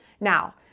Now